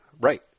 right